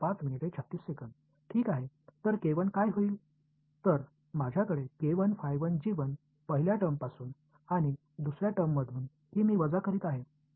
ठीक आहे तर काय होईल तर माझ्याकडे पहिल्या टर्मपासून आणि दुसर्या टर्ममधून हि मी वजा करीत आहे